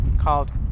called